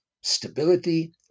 stability